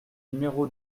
numéro